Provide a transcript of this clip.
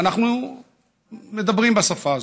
ואנחנו מדברים בשפה הזאת,